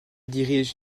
dirige